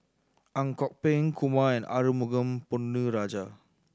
Ang Kok Peng Kumar and Arumugam Ponnu Rajah